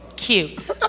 Cute